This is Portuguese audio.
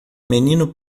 menino